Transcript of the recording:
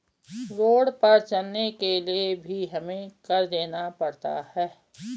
road पर चलने के लिए भी हमें कर देना पड़ता है